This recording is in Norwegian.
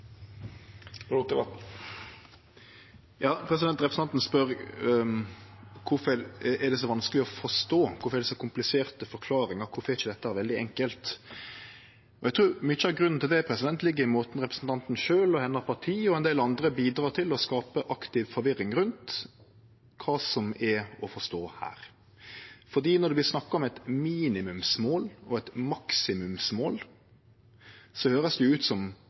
Representanten spør kvifor det er så vanskeleg å forstå, kvifor det er så kompliserte forklaringar, kvifor dette ikkje er veldig enkelt. Eg trur mykje av grunnen til det ligg i korleis representanten sjølv, hennar parti og ein del andre bidreg til å skape aktiv forvirring rundt kva som er å forstå her. For når det vert snakka om eit minimumsmål og eit maksimumsmål, høyrest det ut som